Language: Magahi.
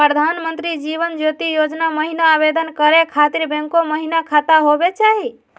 प्रधानमंत्री जीवन ज्योति योजना महिना आवेदन करै खातिर बैंको महिना खाता होवे चाही?